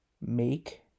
Make